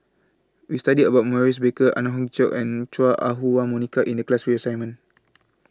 We studied about Maurice Baker Ang Hiong Chiok and Chua Ah Huwa Monica in The class three assignment